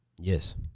Yes